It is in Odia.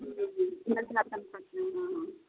ହୁଁ ହୁଁ